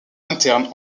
interne